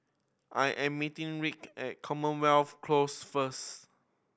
I am meeting Rick at Commonwealth Close first